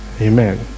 Amen